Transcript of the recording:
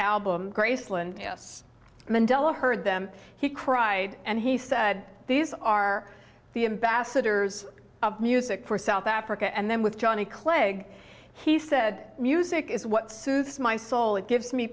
album graceland mandela heard them he cried and he said these are the ambassadors of music for south africa and then with johnny clegg he said music is what suits my soul it gives me